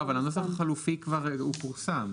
לא, אבל הנוסח החלופי כבר פורסם.